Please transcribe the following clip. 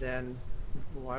then why